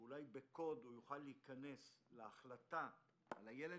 ואולי בקוד הוא יוכל להיכנס להחלטה על הילד